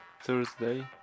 Thursday